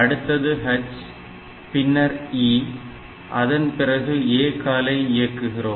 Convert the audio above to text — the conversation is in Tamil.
அடுத்து H பின்னர் E அதன்பிறகு ACALL ஐ இயக்குகிறோம்